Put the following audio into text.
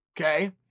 okay